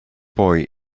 boy